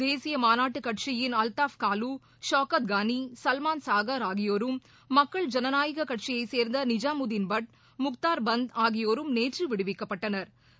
தேசிய மாநாட்டு கட்சியின் அல்தாப் காலு சவுகாத் கானி சல்மான் சாகர் ஆகியோரும் மக்கள் ஜனநாயக கட்சியைச் சேர்ந்த நிஜாமுதீன் பட் திரு முக்தா் பந்த் ஆகியோரும் நேற்று விடுவிக்கப்பட்டனா்